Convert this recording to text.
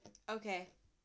okay